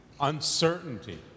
Uncertainty